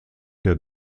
der